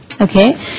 Okay